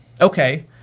Okay